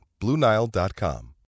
BlueNile.com